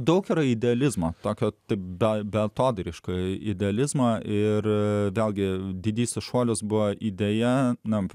daug yra idealizmo tokio tada beatodairiškai idealizmą ir vėlgi didysis šuolis buvo idėja na